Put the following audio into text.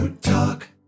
Talk